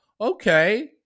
okay